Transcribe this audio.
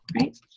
right